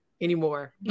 anymore